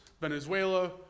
Venezuela